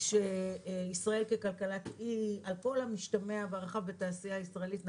שישראל ככלכלת אי על כל המשתמע בתעשייה הישראלית,